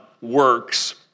works